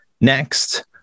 Next